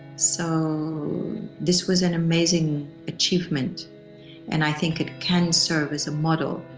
so this was an amazing achievement and i think it can serve as a model.